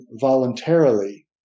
voluntarily